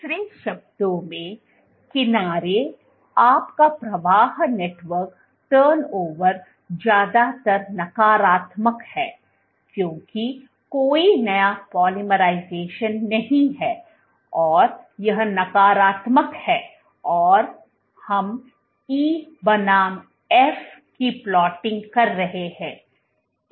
दूसरे शब्दों में किनारे आपका प्रवाह नेटवर्क टर्नओवर ज्यादातर नकारात्मक है क्योंकि कोई नया पॉलिमराइजेशन नहीं है और यह नकारात्मक है और हम E बनाम F की प्लाटिंग कर रहे हैं